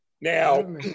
Now